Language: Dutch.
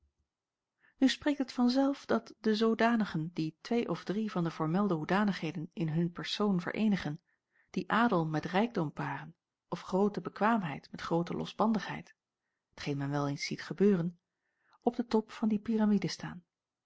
nu spreekt het van zelf dat de zoodanigen die twee of drie van de voormelde hoedanigheden in hun persoon vereenigen die adel met rijkdom paren of groote bekwaamheid met groote losbandigheid t geen men wel eens ziet gebeuren op den top van die piramide staan